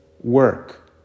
work